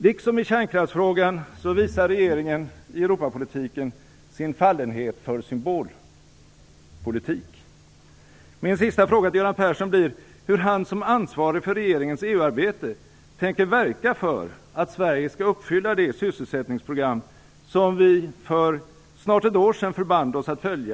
Liksom i kärnkraftsfrågan visar regeringen i Europapolitiken sin fallenhet för symbolpolitik. Min sista fråga till Göran Persson blir hur han som ansvarig för regeringens EU-arbete tänker verka för att Sverige skall uppfylla det sysselsättningsprogram som vi vid toppmötet i Cannes för snart ett år sedan förband oss att följa.